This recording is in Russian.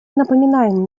напоминаем